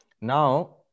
Now